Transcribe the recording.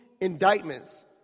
indictments